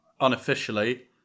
unofficially